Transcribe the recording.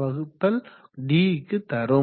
வகுத்தல் d க்கு தரும்